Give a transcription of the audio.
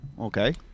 Okay